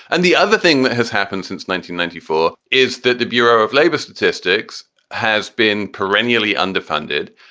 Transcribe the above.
and the other thing that has happened since nineteen ninety four is that the bureau of labor statistics has been perennially underfunded.